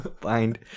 Find